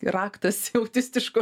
raktas į autistiško